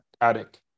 attic